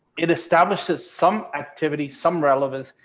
it establishes some activity, some relevance,